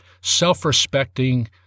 self-respecting